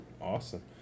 Awesome